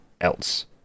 else